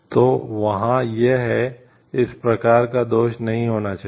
तो वहाँ यह है इस प्रकार का दोष नहीं होना चाहिए